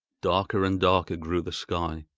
darker and darker grew the sky,